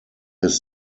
his